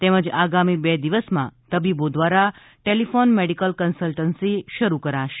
તેમજ આગામી બે દિવસમાં તબીબો દ્વારા ટેલિફોન મેડિકલ ક્ન્સલટન્સી શરૂ કરાશે